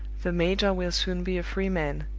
the major will soon be a free man